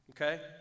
Okay